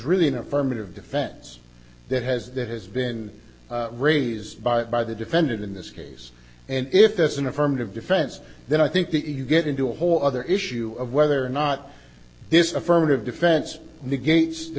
really an affirmative defense that has that has been raised by it by the defendant in this case and if there's an affirmative defense then i think that you get into a whole other issue of whether or not this affirmative defense negates the